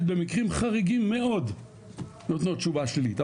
במקרים חריגים מאוד נותנות תשובה שלילית,